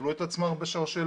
כבלו את עצמם בשרשראות,